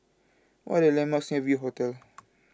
what are the landmarks having V Hotel